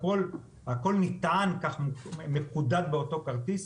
הכול מקודד באותו כרטיס.